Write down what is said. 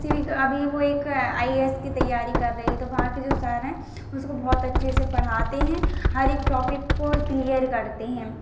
किसी भी अभी वो एक आई ऐ एस की तैयारी कर रही है तो वहां के जो सर हैं उसको बहुत अच्छे से पढ़ाते हैं हर एक टापिक को क्लियर करते हैं